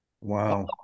Wow